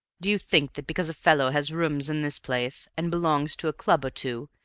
do you think that because a fellow has rooms in this place, and belongs to a club or two,